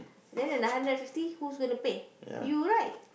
then the nine hundred fifty who's gonna pay you right